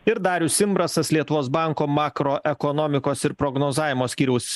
ir darius imbrasas lietuvos banko makroekonomikos ir prognozavimo skyriaus